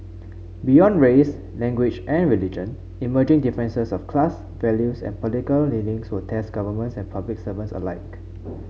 beyond race language and religion emerging differences of class values and political leanings will test governments and public servants alike